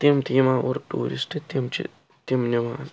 تِم تہِ یِوان اورٕ ٹیٛوٗرِسٹہٕ تہٕ تِم چھِ تِم نِوان